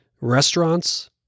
Restaurants